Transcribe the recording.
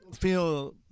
feel